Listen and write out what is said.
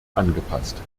angepasst